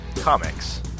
Comics